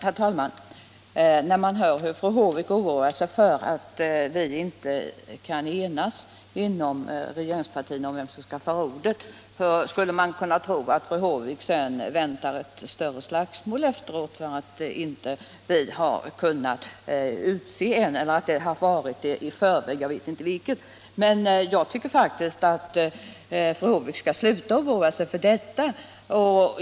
Herr talman! När man hör hur fru Håvik oroar sig för att vi inom regeringspartierna inte kan enas om vem som skall föra ordet, så skulle man kunna tro att hon väntar sig ett större slagsmål efteråt. Jag tycker att fru Håvik skall sluta upp med att oroa sig över detta.